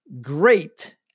great